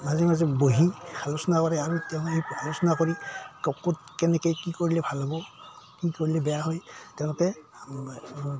মাজে মাজে বহি আলোচনা কৰে আৰু তেওঁলোকে আলোচনা কৰি ক'ত কেনেকৈ কি কৰিলে ভাল হ'ব কি কৰিলে বেয়া হয় তেওঁলোকে